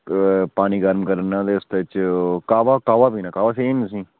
पानी गर्म करना ते उसदे च काह्वा पीना काह्वा समझदे ना तुस